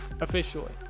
Officially